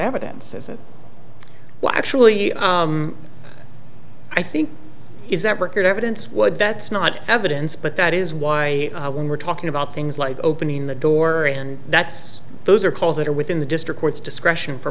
evidence isn't well actually i think is that record evidence would that's not evidence but that is why when we're talking about things like opening the door and that's those are calls that are within the district court's discretion for